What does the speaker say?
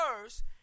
First